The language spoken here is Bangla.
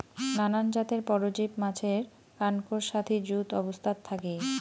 নানান জাতের পরজীব মাছের কানকোর সাথি যুত অবস্থাত থাকি